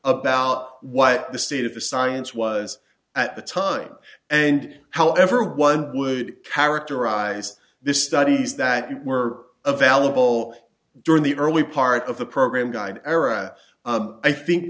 about what the state of the science was at the time and however one would characterize this studies that were available during the early part of the program guide era i think